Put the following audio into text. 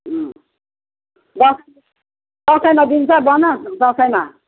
अँ दस दसैँमा दिन्छ बोनस दसैँमा